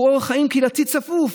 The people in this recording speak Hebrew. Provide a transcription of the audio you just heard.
הוא אורח חיים קהילתי צפוף.